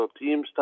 teams